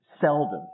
seldom